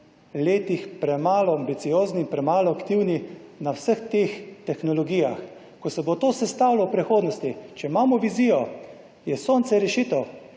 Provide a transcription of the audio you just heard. letih premalo ambiciozni, premalo aktivni na vseh teh tehnologijah, ko se bo to sestalo v prihodnosti. Če imamo vizijo, je sonce rešitev.